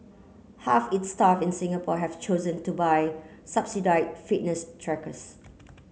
half its staff in Singapore have chosen to buy subsidise fitness trackers